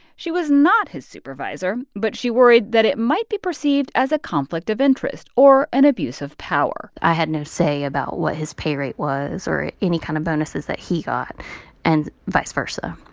she was not his supervisor, but she worried that it might be perceived as a conflict of interest or an abuse of power i had no say about what his pay rate was or any kind of bonuses that he got and vice versa,